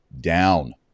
down